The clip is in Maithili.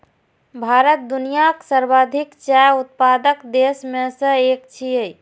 भारत दुनियाक सर्वाधिक चाय उत्पादक देश मे सं एक छियै